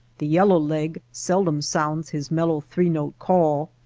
the yellow-leg seldom sounds his mellow three-note call,